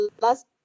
last